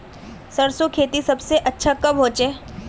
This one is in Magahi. सरसों खेती सबसे अच्छा कब होचे?